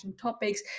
topics